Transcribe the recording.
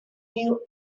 you